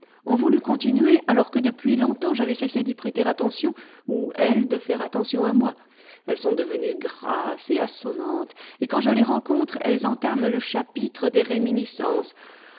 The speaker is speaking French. ont voulu continuer alors que depuis longtemps j'avais cessé d'y prêter attention ou elles de faire attention à moi elles sont devenues grasses et assommantes et quand je les rencontre elles entament le chapitre des réminiscences